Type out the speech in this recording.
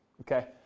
okay